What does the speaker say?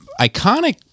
iconic